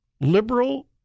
Liberal